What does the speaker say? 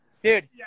Dude